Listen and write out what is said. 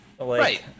right